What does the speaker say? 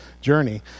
journey